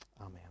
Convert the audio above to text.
Amen